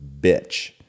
bitch